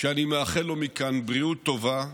שאני מאחל לו מכאן בריאות טובה,